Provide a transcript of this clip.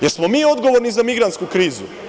Jel smo mi odgovorni za migrantsku krizu?